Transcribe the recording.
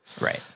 Right